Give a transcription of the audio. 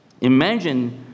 imagine